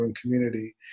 community